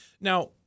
Now